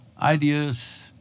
ideas